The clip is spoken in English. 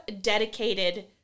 dedicated